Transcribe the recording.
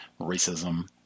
Racism